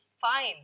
fine